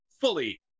fully